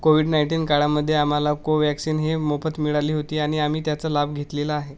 Covid nineteen काळामध्ये आम्हाला कोवॅक्सिन हे मोफत मिळाले होते आणि आम्ही त्याचा लाभ घेतलेला आहे